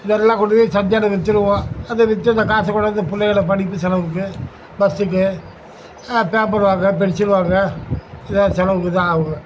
இதெல்லாம் கொண்டு போய் சந்தையில் வித்துவிடுவோம் அதை விற்று அந்த காசை கொண்டு வந்து புள்ளைகள படிப்பு செலவுக்கு பஸ்ஸுக்கு பேப்பர் வாங்க பென்சில் வாங்க ஏதாவது செலவுக்கு தான் ஆகும்